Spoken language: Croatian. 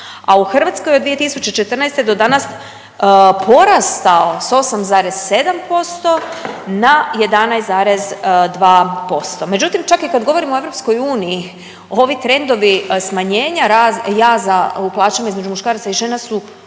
a u Hrvatskoj od 2014. do danas porastao s 8,7% na 11,2%. Međutim čak i kad govorimo o EU ovi trendovi smanjenja jaza u plaćama između muškaraca i žena su